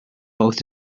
both